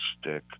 stick